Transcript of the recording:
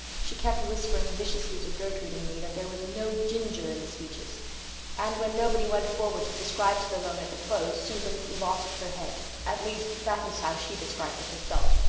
she kept whispering viciously to gertrude and me that there was no ginger in the speeches and when nobody went forward to subscribe to the loan at the close susan lost her head at least, that is how she describes it herself.